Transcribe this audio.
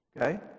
Okay